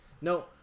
no